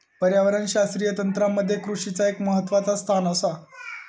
पर्यावरणशास्त्रीय तंत्रामध्ये कृषीचा एक महत्वाचा स्थान आसा